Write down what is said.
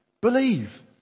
Believe